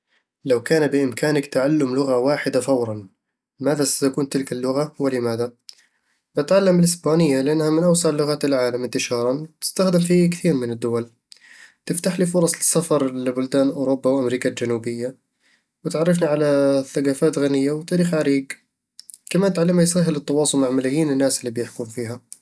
لو كان بإمكانك تعلم لغة واحدة فورًا، ماذا ستكون تلك اللغة، ولماذا؟ بتعلم الاسبانية لأنها من أوسع لغات العالم انتشارًا وتُستخدم في كثير من الدول تفتح لي فرص للسفر لبلدان أوروبا وأمريكا الجنوبية، وتعرفني على ثقافات غنية وتاريخ عريق كمان تعلمها يسهل التواصل مع ملايين الناس اللي بيحكون فيها